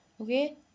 okay